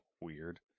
Weird